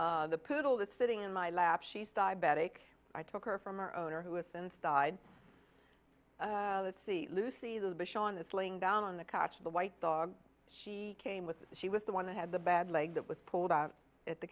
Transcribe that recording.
legs the poodle that's sitting in my lap she's diabetic i took her from her owner who has since died let's see lucy the sean is laying down on the couch the white dog she came with she was the one that had the bad leg that was pulled out at the